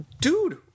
Dude